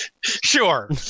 Sure